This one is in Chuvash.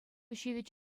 ҫивӗч